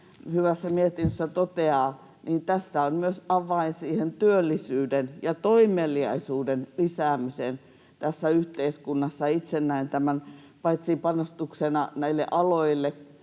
hyvässä mietinnössä toteaa — tässä on myös avain siihen työllisyyden ja toimeliaisuuden lisäämiseen tässä yhteiskunnassa. Itse näen tämän paitsi panostuksena näille aloille